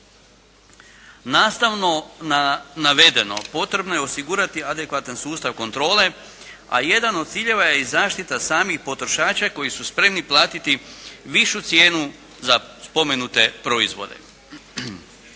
Nastavno na navedeno, potrebno je osigurati adekvatan sustav kontrole, a jedan od ciljeva je i zaštita samih potrošača koji su spremni platiti višu cijenu za spomenute proizvode.